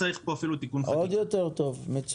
עוד יותר טוב, מצוין.